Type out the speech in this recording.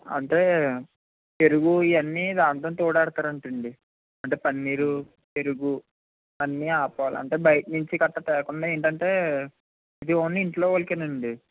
అంటే పెరుగు ఇవ్వన్నీ దానితోనే తోడేస్తారంట అండి అంటే పన్నీరు పెరుగు అన్నీ ఆ పాలే అంటే బయట నుంచి గట్రా తేకుండా ఏంటంటే ఇది ఓన్లీ ఇంట్లో వాళ్ళకేనండి